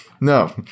No